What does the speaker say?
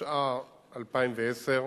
התשע"א 2010,